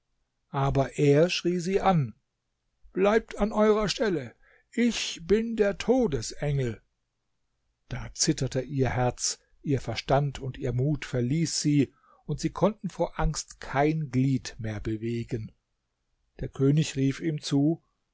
aber er schrie sie an bleibt an eurer stelle ich bin der todesengel da zitterte ihr herz ihr verstand und ihr mut verließ sie und sie konnten vor angst kein glied mehr bewegen der könig rief ihm zu